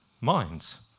minds